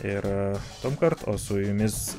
ir tuomkart o su jumis